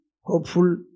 hopeful